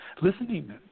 listening